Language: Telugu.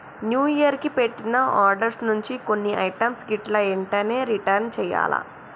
న్యూ ఇయర్ కి పెట్టిన ఆర్డర్స్ నుంచి కొన్ని ఐటమ్స్ గిట్లా ఎంటనే రిటర్న్ చెయ్యాల్ల